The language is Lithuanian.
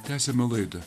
tęsiame laidų